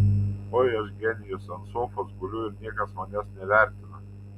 oi aš genijus ant sofos guliu ir niekas manęs nevertina